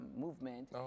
movement